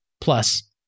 Plus